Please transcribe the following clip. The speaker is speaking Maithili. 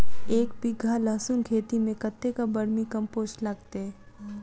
एक बीघा लहसून खेती मे कतेक बर्मी कम्पोस्ट लागतै?